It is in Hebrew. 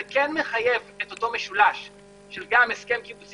זה כן מחייב את אותו משלוש של גם הסכם קיבוצי